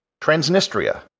Transnistria